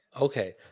Okay